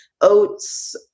oats